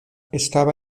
estaba